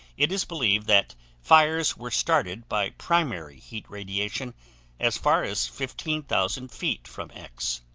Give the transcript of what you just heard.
it is believed that fires were started by primary heat radiation as far as fifteen thousand feet from x.